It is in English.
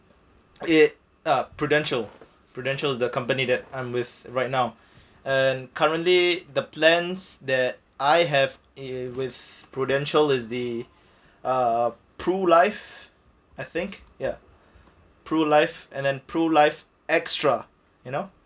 it uh prudential prudential the companied that I'm with right now and currently the plans that I have it with prudential is the uh pru life I think ya pru life and then pru life extra you know